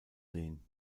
sehen